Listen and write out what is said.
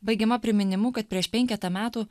baigiama priminimu kad prieš penketą metų